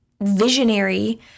visionary